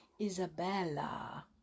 Isabella